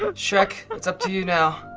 but shrek, it's up to you now.